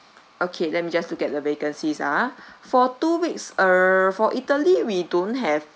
okay let me just look at the vacancies ah for two weeks uh for italy we don't have